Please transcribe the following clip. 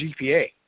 GPA